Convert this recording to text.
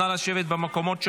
נא לשבת במקומות שלכם.